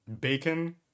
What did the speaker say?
Bacon